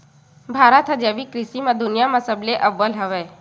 भारत हा जैविक कृषि मा दुनिया मा सबले अव्वल हवे